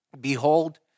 Behold